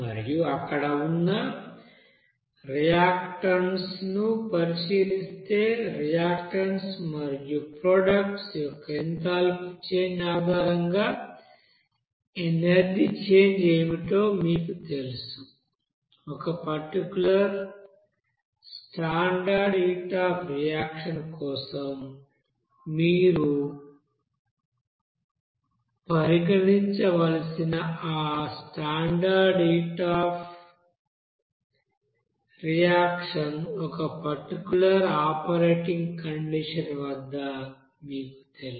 మరియు అక్కడ ఉన్న రియాక్టన్స్ ను పరిశీలిస్తే రియాక్టన్స్ మరియు ప్రొడక్ట్స్ యొక్క ఎంథాల్పీ చేంజ్ ఆధారంగా ఎనర్జీ చేంజ్ ఏమిటో మీకు తెలుసు ఒక particular standard heat of reaction కోసం మీరు పరిగణించవలసిన ఆ స్టాండర్డ్ హీట్ అఫ్ రియాక్షన్ ఒక పర్టిక్యూలర్ ఆపరేటింగ్ కండిషన్ వద్ద మీకు తెలుసు